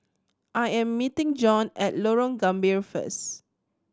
I am meeting Jon at Lorong Gambir first